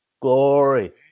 Glory